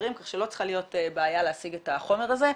ואחרים כך שלא צריכה להיות בעיה להשיג את החומר הזה,